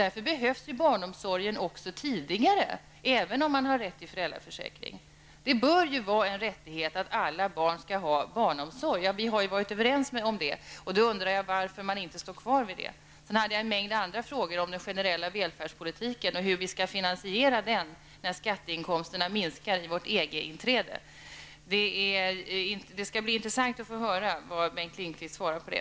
Därför behövs barnomsorgen också tidigare, även om man har rätt till föräldraförsäkring. Det bör vara en rättighet att alla barn skall ha barnomsorg. Vi har varit överens om det, och jag undrar varför man inte står kvar vid detta. Jag ställde också en mängd andra frågor, om den generella väldfärdspolitiken och hur vi skall finansiera den när skatteinkomsterna minskar vid vårt EG-inträde. Det skall bli intressant att få höra vad Bengt Lindqvist svarar på det.